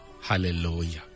Hallelujah